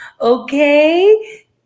Okay